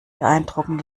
beeindrucken